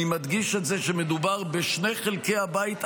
אני מדגיש את זה שמדובר בשני חלקי הבית,